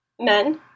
Men